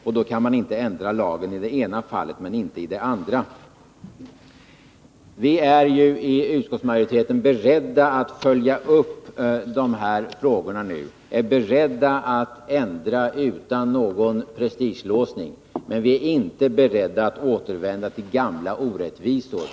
Då kan man inte göra så att man ändrar lagen i det ena fallet men inte i det andra. Utskottsmajoriteten är beredd att följa upp de här frågorna och ändra bestämmelserna utan någon prestigelåsning. Men vi är inte beredda att återvända till gamla orättvisor.